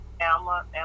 Alma